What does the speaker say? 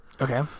okay